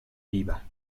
viva